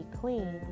clean